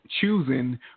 choosing